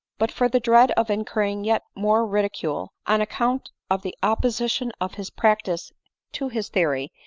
but for the dread of incurring yet more ridicule, on account of the opposition of his practice to his theory,